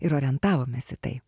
ir orientavomės į tai